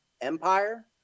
empire